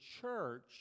church